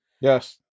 Yes